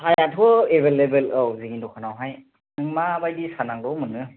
सायाथ' available औ दं जोंनि दखानावहाय नोंनो माबायदि सा नांगौ मोनो